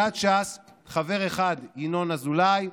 מסיעת ש"ס חבר אחד: ינון אזולאי,